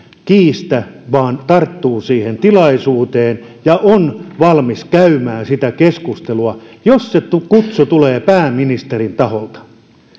kiistä vaan tarttuu siihen tilaisuuteen ja on valmis käymään keskustelua jos se kutsu tulee pääministerin taholta